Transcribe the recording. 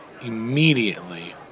Immediately